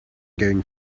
going